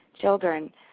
children